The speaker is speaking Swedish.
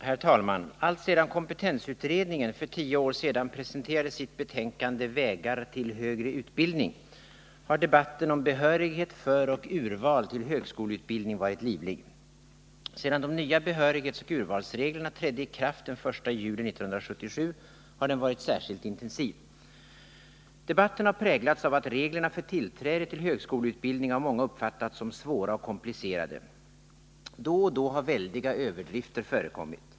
Herr talman! Alltsedan kompetensutredningen för tio år sedan presenterade sitt betänkande Vägar till högre utbildning har debatten om behörighet för och urval till högskoleutbildning varit livlig. Sedan de nya behörighetsoch urvalsreglerna trädde i kraft den 1 juli 1977 har den varit särskilt intensiv. Debatten har präglats av att reglerna för tillträde till högskoleutbildning av många uppfattats som svåra och komplicerade. Då och då har väldiga överdrifter förekommit.